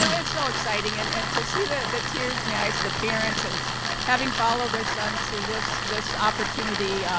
so it's so exciting and and to see the the tears in the eyes of the parents and having followed their sons through this this opportunity,